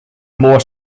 more